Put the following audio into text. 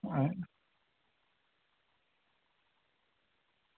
अं